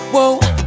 Whoa